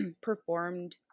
performed